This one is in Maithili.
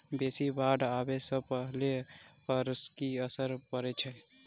बेसी बाढ़ आबै सँ फसल पर की असर परै छै?